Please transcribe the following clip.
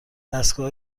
دستگاه